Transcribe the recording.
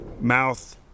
mouth